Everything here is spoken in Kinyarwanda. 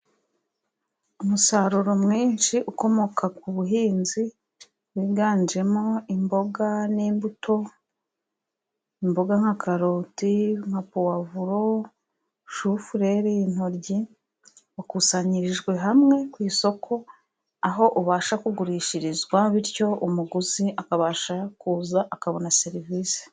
Umusaruro mwinshi ukomoka ku buhinzi wiganjemo imboga n'imbuto. Imboga nka karoti, nka puwavuro, shufureri, intoryi, wakusanyirijwe hamwe ku isoko, aho ubasha kugurishirizwa, bityo umuguzi akabasha kuza akabona serivisi.